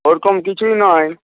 ওরকম কিছুই নয়